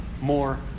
more